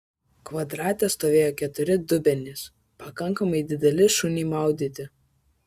kvadrate stovėjo keturi dubenys pakankamai dideli šuniui maudyti